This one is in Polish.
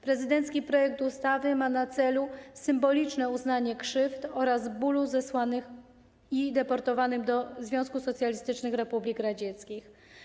Prezydencki projekt ustawy ma na celu symboliczne uznanie krzywd oraz bólu zesłanych i deportowanych do Związku Socjalistycznych Republik Radzieckich.